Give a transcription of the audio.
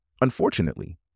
Unfortunately